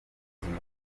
buzima